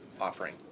offering